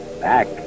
Back